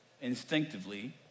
instinctively